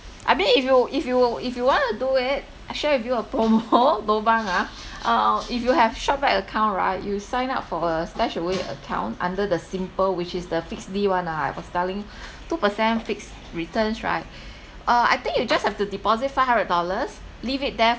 I mean if you if you if you want to do it I share with you a promo lobang ah uh if you have shopback account right you sign up for a StashAway account under the simple which is the fixed D one ah I was telling two percent fixed returns right uh I think you just have to deposit five hundred dollars leave it there